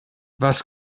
was